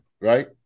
Right